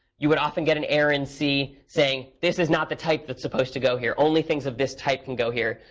you but often get an error in c saying, this is not the type that's supposed to go here. only things of this type can go here.